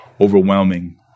overwhelming